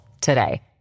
today